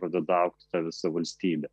pradeda augti ta visa valstybė